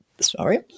Sorry